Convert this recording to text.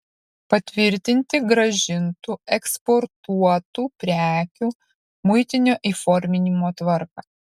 patvirtinti grąžintų eksportuotų prekių muitinio įforminimo tvarką